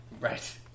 Right